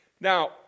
Now